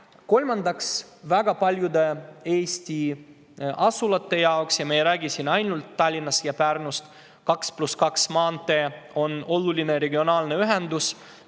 Kolmandaks, väga paljude Eesti asulate jaoks – ja me ei räägi siin ainult Tallinnast ja Pärnust – on 2 + 2 maantee oluline regionaalne ühendus,